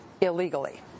illegally